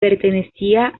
pertenecía